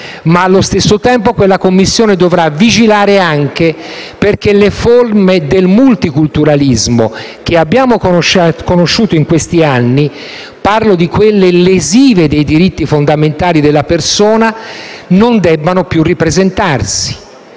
Ma, allo stesso tempo, quella Commissione dovrà vigilare anche perché le forme del multiculturalismo che abbiamo conosciuto in questi anni (parlo di quelle lesive dei diritti fondamentali della persona) non debbano più ripresentarsi.